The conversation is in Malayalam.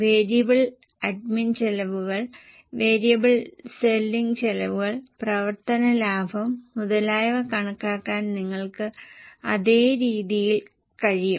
വേരിയബിൾ അഡ്മിൻ ചെലവുകൾ വേരിയബിൾ സെല്ലിംഗ് ചെലവുകൾ പ്രവർത്തന ലാഭം മുതലായവ കണക്കാക്കാൻ നിങ്ങൾക്ക് അതേ രീതിയിൽ കഴിയും